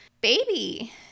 baby